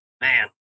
man